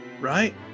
right